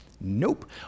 Nope